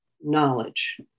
knowledge